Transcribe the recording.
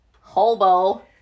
hobo